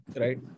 right